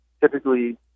typically